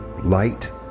light